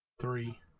Three